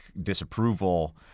disapproval